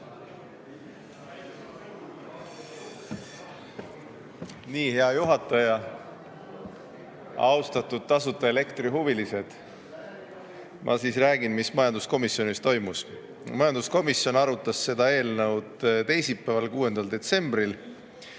Hea juhataja! Austatud tasuta elektri huvilised! Ma räägin, mis majanduskomisjonis toimus. Majanduskomisjon arutas seda eelnõu teisipäeval, 6. detsembril.